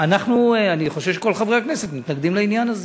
אני חושב שכל חברי הכנסת מתנגדים לעניין הזה.